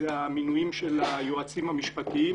וזה המינויים של היועצים המשפטיים,